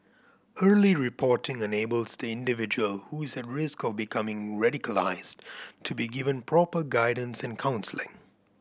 early reporting enables the individual who is at risk of becoming radicalised to be given proper guidance and counselling